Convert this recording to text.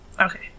Okay